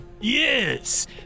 Yes